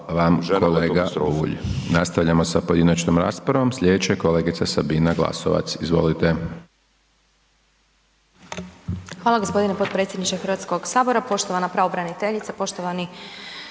Hvala vam kolega Bulj. Nastavljamo sa pojedinačnom raspravom. Sljedeća je kolegica Sabina Glasovac. Izvolite. **Glasovac, Sabina (SDP)** Hvala gospodine potpredsjedniče Hrvatskoga sabora, poštovana pravobraniteljice, poštovani